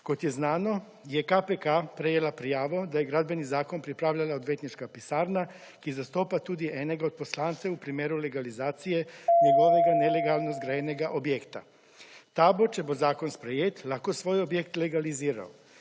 Kot je znano, je KPK prejela prijavo, da je Gradbeni zakon pripravljala odvetniška pisarna, ki zastopa tudi enega od poslancev v primeru legalizacije njegovega nelegalno zgrajenega objekta. Ta bo, če bo zakon sprejet, lahko svoj objekt legaliziral.